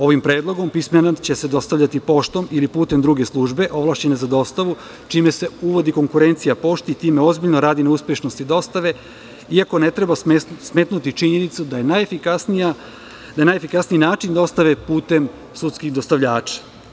Ovim predlogom pismena će se dostavljati poštom ili putem druge službe ovlašćene za dostavu, čime se uvodi konkurencija pošti i time ozbiljno radi na uspešnosti dostave, iako ne treba smetnuti činjenicu da je najefikasniji način dostave putem sudskih dostavljača.